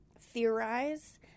theorize